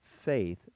Faith